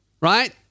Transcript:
right